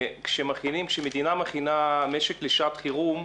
כשמדינה מכינה משק לשעת חירום,